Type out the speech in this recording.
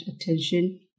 attention